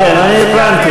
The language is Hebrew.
כן, אני הבנתי.